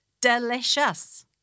delicious